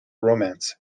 romance